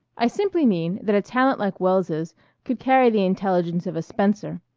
i simply mean that a talent like wells's could carry the intelligence of a spencer.